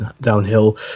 downhill